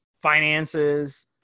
finances